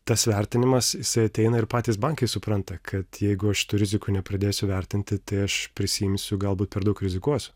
tas vertinimas jisai ateina ir patys bankai supranta kad jeigu aš tų rizikų nepradėsiu vertinti tai aš prisiimsiu galbūt per daug rizikuosiu